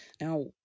Now